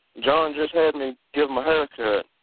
john just had me give him a haircut.